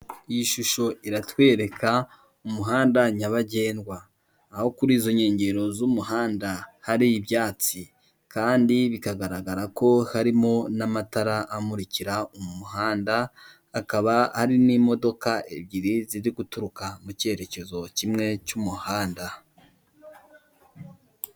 Iyi shusho iratwereka umuhanda nyabagendwa ,aho kuri izo nkengero z'umuhanda hari ibyatsi kandi bikagaragara ko harimo n'amatara amurika umuhanda, hakaba hari n'imodoka ebyiri ziri guturuka mu cyerekezo kimwe cy'umuhanda.